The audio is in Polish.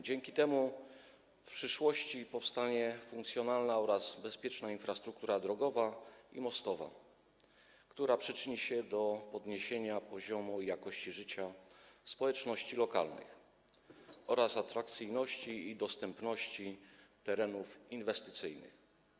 Dzięki temu w przyszłości powstanie funkcjonalna oraz bezpieczna infrastruktura drogowa i mostowa, która przyczyni się do podniesienia poziomu, jakości życia społeczności lokalnych oraz atrakcyjności i dostępności terenów inwestycyjnych.